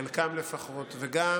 חלקם לפחות, וגם,